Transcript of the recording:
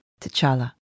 T'Challa